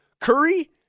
Curry